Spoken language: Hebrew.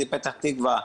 לפתח תקווה,